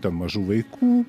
ten mažų vaikų